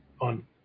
On